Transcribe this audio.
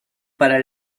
para